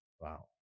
Wow